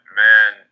man